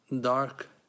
dark